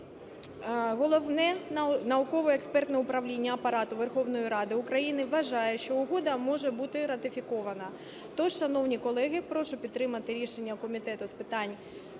Головне науково-експертне управління Апарату Верховної Ради України вважає, що угода може бути ратифікована. Тож, шановні колеги, прошу підтримати рішення Комітету з питань